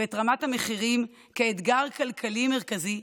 ואת רמת המחירים כאתגר כלכלי מרכזי,